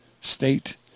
state